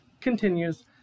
continues